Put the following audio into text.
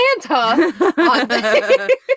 Santa